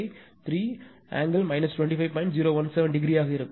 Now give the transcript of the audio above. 017 ° ஆக இருக்கும்